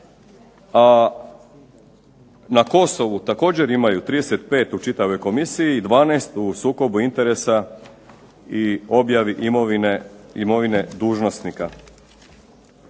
a na Kosovu također imaju 35 čitavoj komisiji 12 u sukobu interesa i objavi imovine dužnosnika.